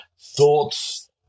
thoughts